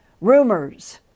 rumors